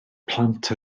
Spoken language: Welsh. plant